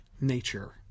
nature